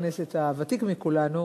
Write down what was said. חבר הכנסת הוותיק מכולנו,